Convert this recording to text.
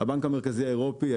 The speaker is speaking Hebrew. הבנק המרכזי האירופאי,